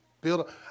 build